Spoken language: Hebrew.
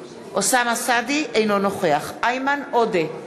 אינו נוכח איימן עודה,